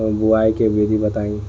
बुआई के विधि बताई?